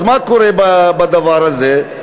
אז מה קורה בדבר הזה?